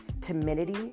timidity